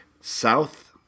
South